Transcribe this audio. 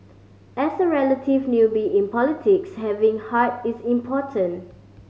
as a relative newbie in politics having heart is important